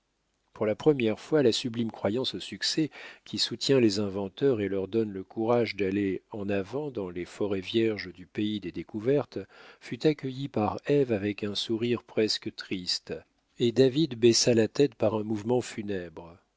pour la première fois la sublime croyance au succès qui soutient les inventeurs et leur donne le courage d'aller en avant dans les forêts vierges du pays des découvertes fut accueillie par ève avec un sourire presque triste et david baissa la tête par un mouvement funèbre